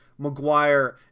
McGuire